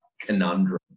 conundrum